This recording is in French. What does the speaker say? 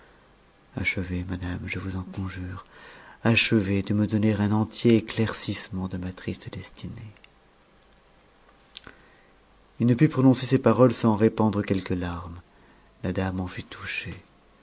achevez madame je vous en conju'e achevez de me donner un entier éclaircissement de ma triste destinée il ne put prononcer ces paroles sans répandre quelques larmes dame en fut touchée